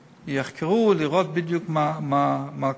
יחקרו, לראות בדיוק מה קורה.